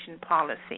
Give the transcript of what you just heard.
policy